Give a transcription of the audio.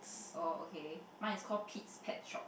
oh okay mine is called Pete's Pet Shop